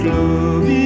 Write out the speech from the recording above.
love